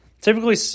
Typically